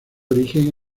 origen